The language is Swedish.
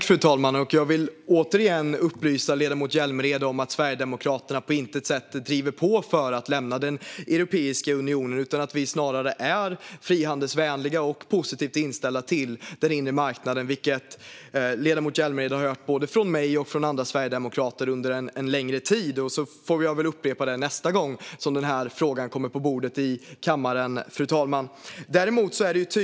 Fru talman! Jag vill återigen upplysa ledamoten Hjälmered om att Sverigedemokraterna på intet sätt driver på för att lämna Europeiska unionen. Vi är snarare frihandelsvänliga och positivt inställda till den inre marknaden, vilket ledamoten Hjälmered har hört både från mig och från andra sverigedemokrater under en längre tid. Jag får väl upprepa det nästa gång denna fråga kommer upp på bordet i kammaren, fru talman.